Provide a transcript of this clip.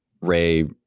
Ray